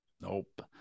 Nope